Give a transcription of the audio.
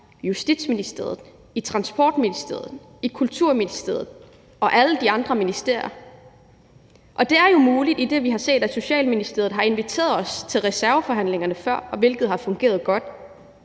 i Justitsministeriet, i Transportministeriet, i Kulturministeriet og i alle de andre ministerier. Det er jo muligt, idet vi har set, at Social- og Ældreministeriet før har inviteret os til reserveforhandlingerne, hvilket har fungeret godt.